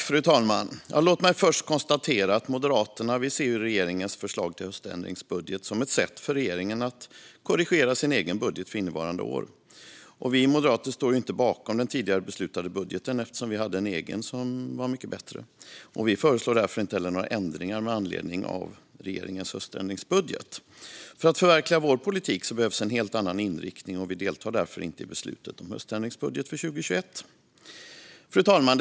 Fru talman! Låt mig först konstatera att Moderaterna ser regeringens förslag till höständringsbudget som ett sätt för regeringen att korrigera sin egen budget för innevarande år. Vi moderater står ju inte bakom den tidigare beslutade budgeten, eftersom vi hade en egen som var mycket bättre. Vi föreslår därför inte heller några ändringar med anledning av regeringens höständringsbudget. För att förverkliga vår politik behövs en helt annan inriktning, och vi deltar därför inte i beslutet om höständringsbudget för 2021. Fru talman!